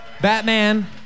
Batman